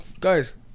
Guys